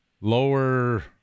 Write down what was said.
lower